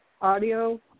audio